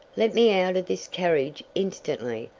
let me out of this carriage instantly,